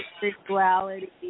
sexuality